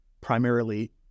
primarily